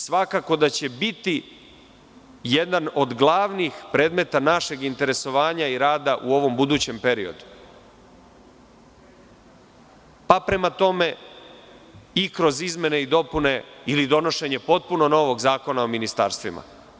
Svakako da će biti jedan od glavnih predmeta našeg interesovanja i rada u ovom budućem periodu, pa prema tome, i kroz izmene i dopune ili donošenje potpuno novog Zakona o ministarstvima.